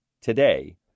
today